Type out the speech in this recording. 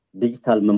Digital